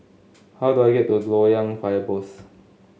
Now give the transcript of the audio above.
how do I get to Loyang Fire Post